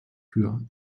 für